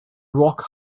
rock